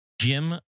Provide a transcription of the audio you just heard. Jim